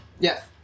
Yes